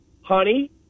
honey